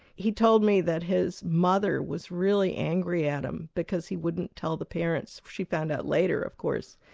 he told me that his mother was really angry at him because he wouldn't tell the parents she found out later of course,